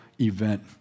event